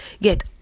get